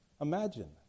Imagine